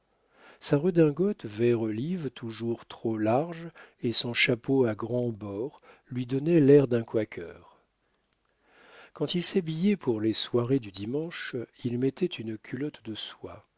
sa redingote vert olive toujours trop large et son chapeau à grands bords lui donnaient l'air d'un quaker quand il s'habillait pour les soirées du dimanche il mettait une culotte de soie